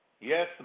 Yes